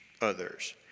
others